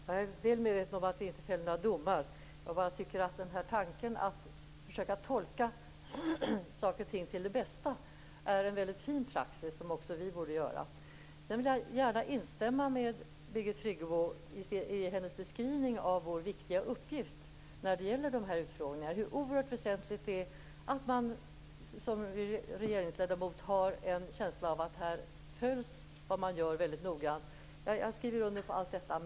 Fru talman! Jag är väl medveten om att vi inte fäller några domar. Jag tycker bara att tanken att försöka att tolka saker och ting till det bästa är en väldigt fin praxis som också vi borde tillämpa. Sedan vill jag instämma i Birgit Friggebos beskrivning av vår viktiga uppgift när det gäller utfrågningar. Det är oerhört väsentligt att man som regeringsledamot har en känsla av att det som man gör följs väldigt noggrant. Jag skriver under på allt detta.